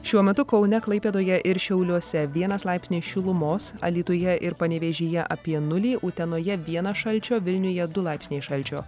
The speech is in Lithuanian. šiuo metu kaune klaipėdoje ir šiauliuose vienas laipsnis šilumos alytuje ir panevėžyje apie nulį utenoje vienas šalčio vilniuje du laipsniai šalčio